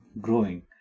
growing